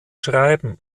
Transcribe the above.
schreiben